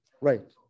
right